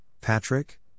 Patrick